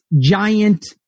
giant